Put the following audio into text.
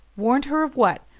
warned her of what?